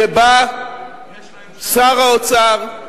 שבה שר האוצר,